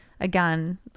again